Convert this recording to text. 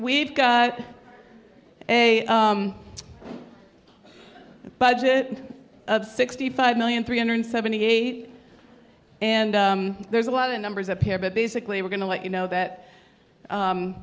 we've got a budget of sixty five million three hundred seventy eight and there's a lot of numbers up here but basically we're going to let you know that